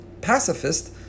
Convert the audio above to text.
pacifist